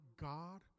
God